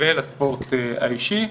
ולספורט האישי.